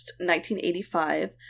1985